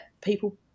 people